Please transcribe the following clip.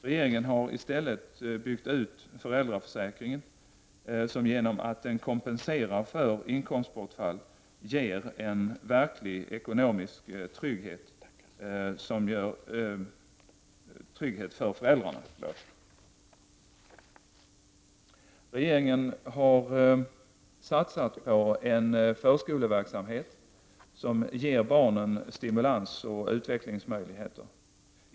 Regeringen har i stället byggt ut föräldraförsäkringen, som genom att den kompenserar för ett inkomstbortfall ger en verklig ekonomisk trygghet för föräldrarna. Regeringen har satsat på en förskoleverksamhet som ger barnen stimulans och utvecklingsmöjligheter.